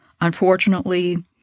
Unfortunately